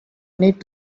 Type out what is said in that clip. need